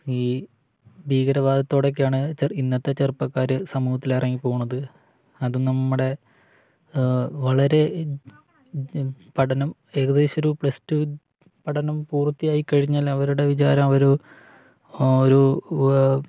ഈ ഭീകരവാദത്തോടെയൊക്കെയാണ് ഇന്നത്തെ ചെറുപ്പക്കാര് സമൂഹത്തില് ഇറങ്ങിപ്പോകുന്നത് അതും നമ്മുടെ വളരെ പഠനം ഏകദേശമൊരു പ്ലസ് ടു പഠനം പൂർത്തിയായി കഴിഞ്ഞാൽ അവരുടെ വിചാരം അവരൊരു